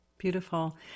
Beautiful